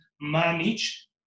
manage